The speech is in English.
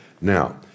Now